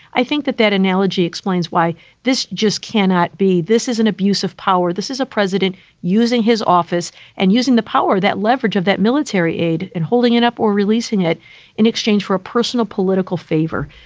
i think that that analogy explains why this just cannot be this is an abuse of power. this is a president using his office and using the power, that leverage of that military aid and holding it up or releasing it in exchange for a personal political favor.